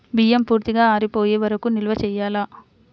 బియ్యం పూర్తిగా ఆరిపోయే వరకు నిల్వ చేయాలా?